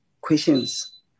questions